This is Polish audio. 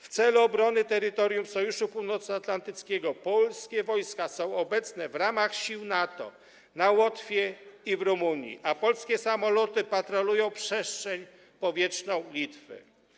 W celu obrony terytorium Sojuszu Północnoatlantyckiego polskie wojska są obecne w ramach sił NATO na Łotwie i w Rumunii, a polskie samoloty patrolują przestrzeń powietrzną Litwy.